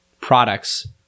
products